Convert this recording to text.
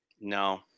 No